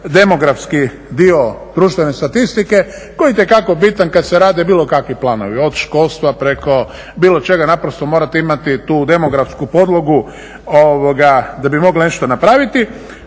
demografski dio društvene statistike koji je itekako bitan kad se rade bilo kakvi planovi od školstva preko bilo čega. Naprosto morate imati tu demografsku podlogu da bi mogli nešto napraviti.